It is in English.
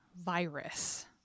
Virus